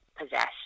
Possess